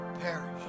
perish